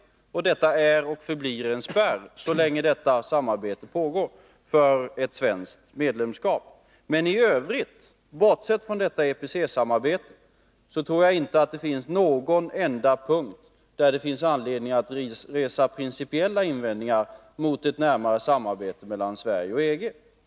Detta samarbete är och förblir en spärr, så länge det pågår, för ett svenskt medlemskap. Men bortsett från detta EPC-samarbete tror jag inte att det finns någon enda punkt där vi har anledning att resa principiella invändningar mot ett närmare samarbete mellan Sverige och EG.